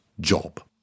Job